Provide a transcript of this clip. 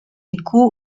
écho